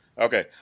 okay